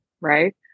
right